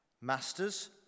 Masters